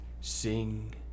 sing